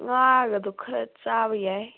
ꯉꯥꯒꯗꯣ ꯈꯔ ꯆꯥꯕ ꯌꯥꯏ